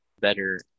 better